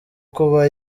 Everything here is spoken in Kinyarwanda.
kuba